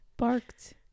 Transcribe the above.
Barked